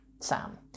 Sam